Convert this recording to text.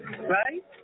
right